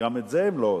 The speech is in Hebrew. גם את זה הם לא עושים,